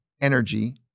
energy